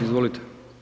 Izvolite.